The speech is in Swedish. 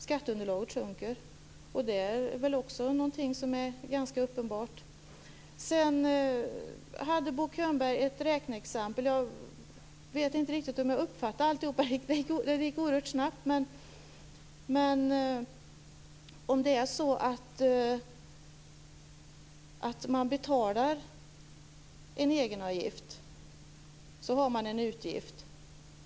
Skatteunderlaget sjunker - det är väl också ganska uppenbart. Sedan hade Bo Könberg ett räkneexempel. Jag vet inte om jag uppfattade alltihop, för det gick oerhört snabbt. Men om man betalar en egenavgift har man en utgift.